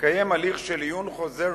לקיים הליך של עיון חוזר,